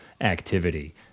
activity